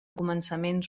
començaments